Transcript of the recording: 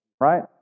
right